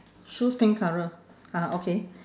shoes pink colour ah okay